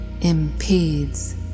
impedes